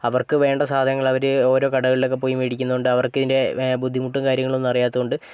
അവർക്ക് വേണ്ട സാധനങ്ങൾ അവർ ഓരോ കടകളിലൊക്കെ പോയി മേടിക്കുനന്ത് കൊണ്ട് അവർക്കിതിൻ്റെ ബുദ്ധിമുട്ടോ കാര്യങ്ങളോ ഒന്നും അറിയാത്തോണ്ട്